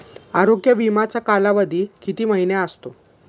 आरोग्य विमाचा कालावधी किती महिने असतो?